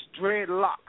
dreadlocks